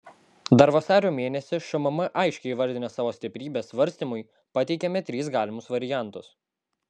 dar vasario mėnesį šmm aiškiai įvardinę savo stiprybes svarstymui pateikėme tris galimus variantus